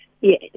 Yes